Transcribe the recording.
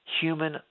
human